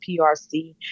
PRC